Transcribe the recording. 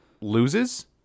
loses